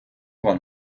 вам